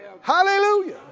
Hallelujah